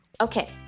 Okay